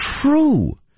true